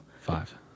Five